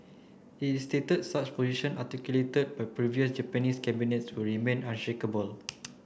it stated that such position articulated by previous Japanese cabinets will remain unshakeable